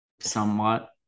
Somewhat